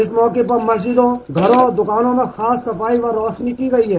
इस मौके पर मस्जिदों घरों दुकानों में खास सफाई व रौशनी की गयी है